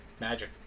Magic